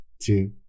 two